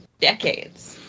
decades